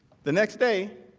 the next day